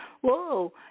whoa